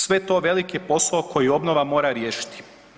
Sve to velik je posao koji obnova mora riješiti.